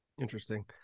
Interesting